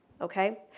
Okay